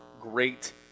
great